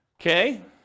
Okay